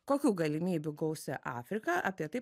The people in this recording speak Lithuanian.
kokių galimybių gausi afrika apie tai